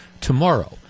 tomorrow